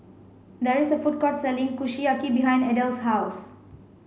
there is a food court selling Kushiyaki behind Adell's house